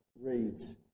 reads